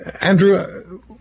Andrew